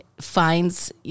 finds